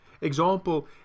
Example